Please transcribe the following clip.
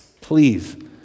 Please